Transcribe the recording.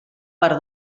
per